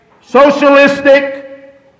socialistic